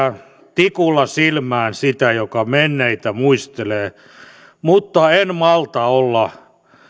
tikulla silmään sitä joka menneitä muistelee mutta en malta olla